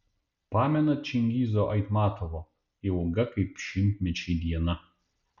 pamenat čingizo aitmatovo ilga kaip šimtmečiai diena